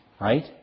right